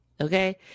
okay